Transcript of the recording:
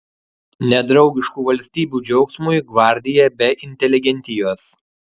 nedraugiškų valstybių džiaugsmui gvardija be inteligentijos